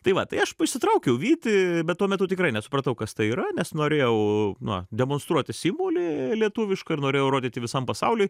tai va tai aš išsitraukiau vyti bet tuo metu tikrai nesupratau kas tai yra nes norėjau na demonstruoti simbolį lietuvišką ir norėjau rodyti visam pasauliui